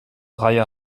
reihe